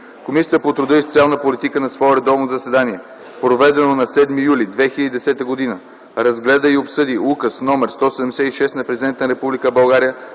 Комисията по труда и социалната политика на свое редовно заседание, проведено на 7 юли 2010 г., разгледа и обсъди Указ № 176 на Президента на Република България,